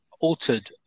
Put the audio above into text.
altered